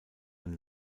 ein